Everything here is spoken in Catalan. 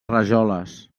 rajoles